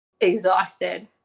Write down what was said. exhausted